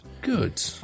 Good